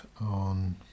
on